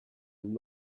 and